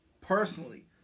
Personally